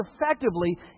effectively